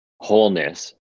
wholeness